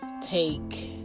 take